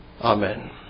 Amen